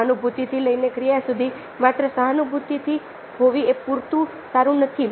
સહાનુભૂતિથી લઈને ક્રિયા સુધી માત્ર સહાનુભૂતિથી હોવી એ પૂરતું સારું નથી